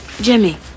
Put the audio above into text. Jimmy